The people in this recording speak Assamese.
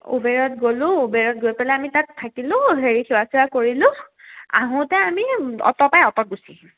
উবেৰত গ'লোঁ উবেৰত গৈ পেলাই আমি তাত থাকিলোঁ হেৰি চোৱা চিতা কৰিলোঁ আহোঁতে আমি অট' পায় অট'ত গুচি